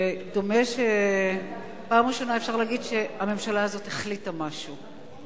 דומה שפעם ראשונה אפשר להגיד שהממשלה הזאת החליטה משהו.